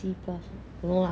three plus don't know lah